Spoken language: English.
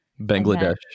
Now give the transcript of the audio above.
Bangladesh